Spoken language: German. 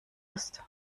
ist